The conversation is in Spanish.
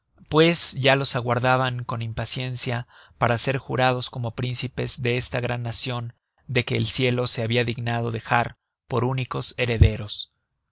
pues ya los aguardaban con impaciencia para ser jurados como príncipes de esta gran nacion de que el cielo se habia dignado dejar por únicos herederos